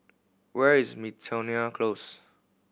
where is Miltonia Close